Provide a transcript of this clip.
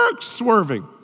Swerving